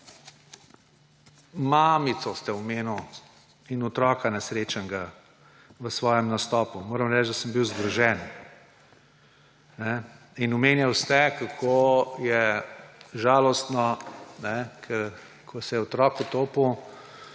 Mamico ste omenili in nesrečnega otroka v svojem nastopu. Moram reči, da sem bil zgrožen. Omenjali ste, kako je žalostno, ko se je otrok utopil,